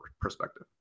perspective